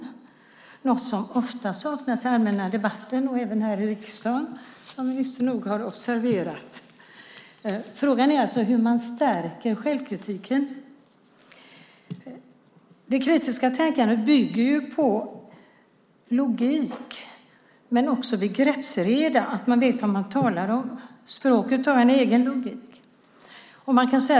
Det är något som ofta saknas i den allmänna debatten och även här i riksdagen, som ministern nog har observerat. Frågan är alltså hur man stärker självkritiken. Det kritiska tänkandet bygger på logik och begreppsreda, det vill säga att man vet vad man talar om. Språket har en egen logik.